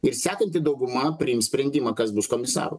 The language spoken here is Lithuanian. ir sekanti dauguma priims sprendimą kas bus komisaru